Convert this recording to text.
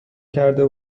کرده